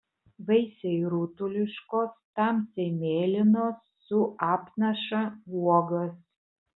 vaisiai rutuliškos tamsiai mėlynos su apnaša uogos